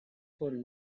for